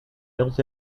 built